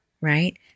right